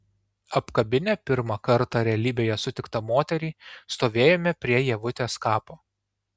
apkabinę pirmą kartą realybėje sutiktą moterį stovėjome prie ievutės kapo